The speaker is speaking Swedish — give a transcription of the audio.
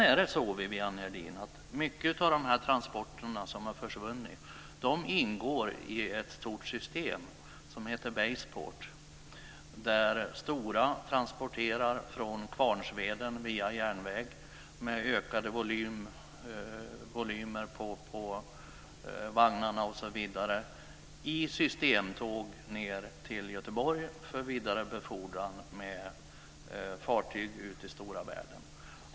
Många av de transporter som har försvunnit ingår i ett stort system där Stora transporterar från Kvarnsveden via järnväg med ökade volymer på vagnarna i systemtåg ned till Göteborg för vidarebefordran med fartyg ut i stora världen.